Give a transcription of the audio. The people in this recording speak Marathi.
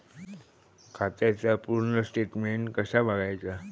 खात्याचा पूर्ण स्टेटमेट कसा बगायचा?